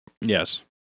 Yes